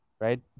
right